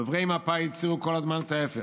דוברי מפא"י הצהירו כל הזמן את ההפך,